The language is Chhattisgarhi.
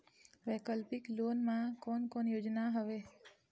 वैकल्पिक लोन मा कोन कोन योजना हवए?